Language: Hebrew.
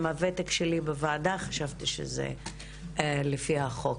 לפי הוותק שלי בוועדה אני חשבתי שזה לפי החוק.